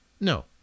No